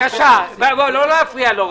בבקשה, לא להפריע לו.